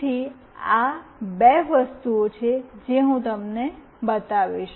તેથી આ બે વસ્તુઓ છે જે હું તમને બતાવીશ